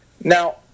now